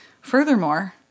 Furthermore